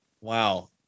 Wow